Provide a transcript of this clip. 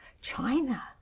china